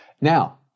Now